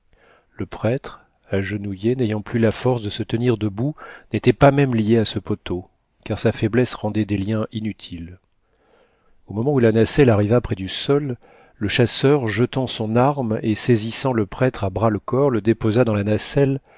le prêtre agenouillé n'ayant plus la force de se tenir debout n'était pas même lié à ce poteau car sa faiblesse rendait des liens inutiles au moment où la nacelle arriva près du sol le chasseur jetant son arme et saisissant le prêtre à bras-le-corps le déposa dans la nacelle